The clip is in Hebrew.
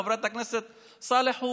חברת הכנסת סאלח,